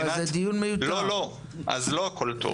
תודה, עמיחי.